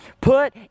put